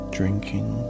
drinking